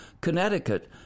Connecticut